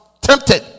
tempted